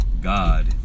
God